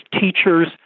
teachers